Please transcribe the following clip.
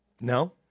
No